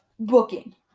Booking